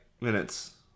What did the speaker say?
minutes